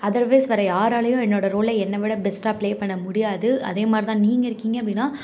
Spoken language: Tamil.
அதர்வைஸ் வேற யாராலேயும் என்னோட ரோலை என்னை விட பெஸ்ட்டாக பிளே பண்ண முடியாது அதேமாதிரிதான் நீங்க இருக்கீங்க அப்படினா